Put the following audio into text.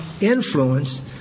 influence